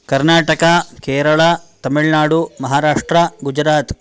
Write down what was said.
कर्णाटकः केरला तामिल्नाडु महाराष्ट्रं गुजरात्